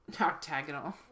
octagonal